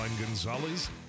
Gonzalez